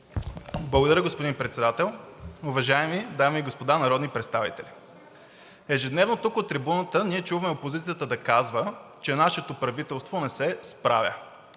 Благодаря, господин Председател. Уважаеми дами и господа народни представители! Ежедневно тук от трибуната ние чуваме опозицията да казва, че нашето правителство не се справя.